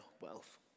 wealth